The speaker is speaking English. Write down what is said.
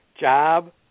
job